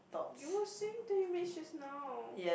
you say twenty minutes just now